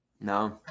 No